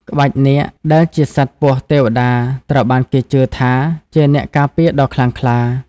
ក្បាច់នាគដែលជាសត្វពស់ទេវតាត្រូវបានគេជឿថាជាអ្នកការពារដ៏ខ្លាំងក្លា។